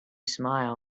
smile